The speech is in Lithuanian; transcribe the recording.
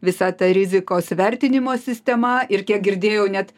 visa ta rizikos vertinimo sistema ir kiek girdėjau net